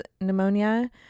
pneumonia